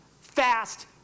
fast